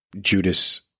Judas